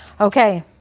Okay